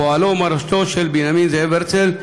פועלו ומורשתו של בנימין זאב הרצל,